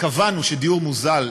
קבענו שדיור מוזל,